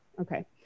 Okay